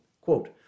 quote